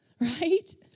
Right